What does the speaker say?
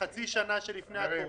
שבחצי שנה שלפני הקורונה,